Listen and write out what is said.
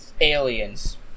Aliens